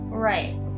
Right